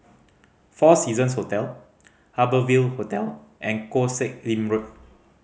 Four Seasons Hotel Harbour Ville Hotel and Koh Sek Lim Road